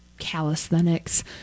calisthenics